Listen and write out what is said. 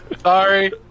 Sorry